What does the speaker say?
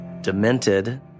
demented